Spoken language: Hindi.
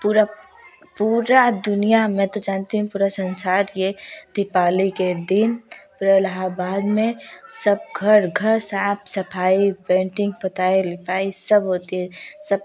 पूरा पूरा दुनिया में तो जानती हूँ पूरा संसार ये दिपावली के दिन पूरा इलाहबाद में सब घर घर साफ सफाई पेंटिंग पोताई लिपाई सब होती है सब